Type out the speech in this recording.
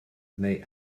neu